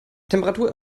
temperatur